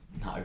No